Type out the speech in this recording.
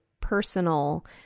personal